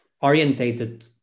orientated